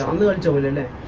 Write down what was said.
um new and dividend in